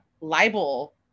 libel